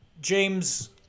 James